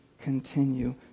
continue